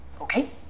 Okay